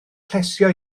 plesio